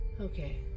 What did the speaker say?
Okay